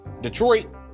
Detroit